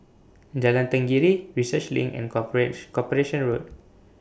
Jalan Tenggiri Research LINK and Corporate Corporation Road